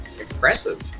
Impressive